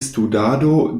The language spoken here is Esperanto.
studado